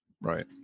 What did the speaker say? right